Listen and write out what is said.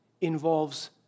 involves